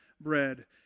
bread